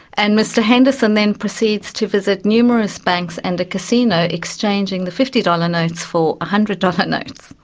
and mr henderson then proceeds to visit numerous banks and a casino, exchanging the fifty dollars notes for hundred dollars notes,